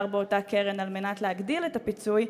באותה קרן על מנת להגדיל את הפיצוי,